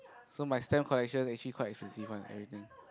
so my stamp collection actually quite expensive one everything